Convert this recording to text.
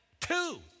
Two